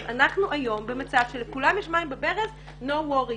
אנחנו היום במצב שלכולם יש מים בברז ולא דואגים,